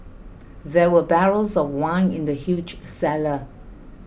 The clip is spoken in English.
there were barrels of wine in the huge cellar